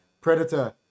Predator